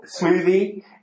smoothie